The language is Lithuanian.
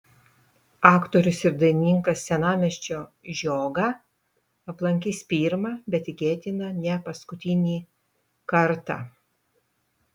aktorius ir dainininkas senamiesčio žiogą aplankys pirmą bet tikėtina ne paskutinį kartą